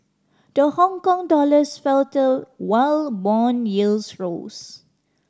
the Hongkong dollars faltered while bond yields rose